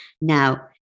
Now